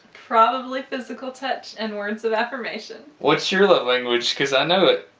probably physical touch and words of affirmation. what's your love language, cause i know it.